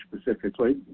specifically